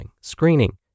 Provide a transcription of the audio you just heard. screening